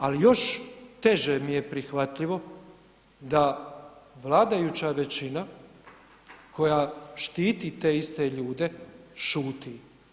Ali još teže mi je prihvatljivo da vladajuća većina koja štiti te iste ljude šuti.